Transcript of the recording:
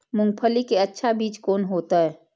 मूंगफली के अच्छा बीज कोन होते?